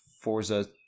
forza